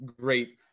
great